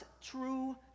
true